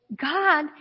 God